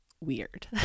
weird